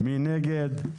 מי נגד?